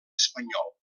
espanyol